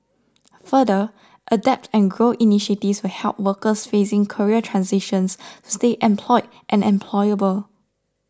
further adapt and grow initiatives will help workers facing career transitions to stay employed and employable